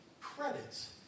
credits